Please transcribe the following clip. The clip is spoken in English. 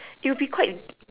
it'll be quite